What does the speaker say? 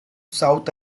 south